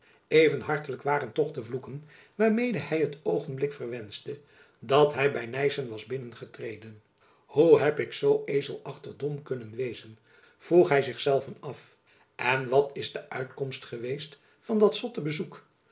hartelijk waren toch de vloeken waarmede hy het oogenblik verwenschte dat hy by nyssen was binnengetreden hoe heb ik zoo ezeljacob van lennep elizabeth musch achtig dom kunnen wezen vroeg hy zich zelven af en wat is de uitkomst geweest van dat zotte bezoek